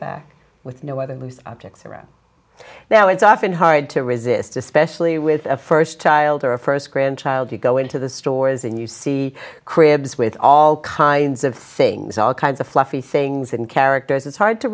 back with no other loose objects around now it's often hard to resist especially with a first child or a first grandchild you go into the stores and you see cribs with all kinds of things all kinds of fluffy things and characters it's hard to